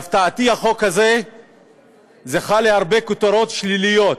להפתעתי, החוק הזה זכה להרבה כותרות שליליות,